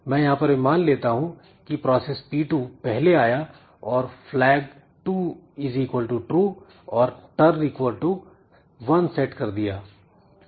मैं यहां पर यह मान लेता हूं की प्रोसेस P2 पहले आया और flag2 TRUE और turn 1 सेट कर दिया